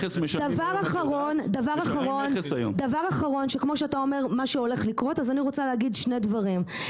דבר אחרון שכמו שאתה אומר מה שהולך לקרות אז אני רוצה להגיד שני דברים,